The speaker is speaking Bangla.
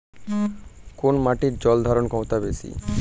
কোন মাটির জল ধারণ ক্ষমতা বেশি?